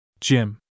Jim